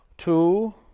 Two